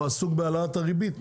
הוא עסוק בהעלאת הריבית,